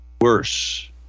worse